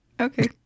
Okay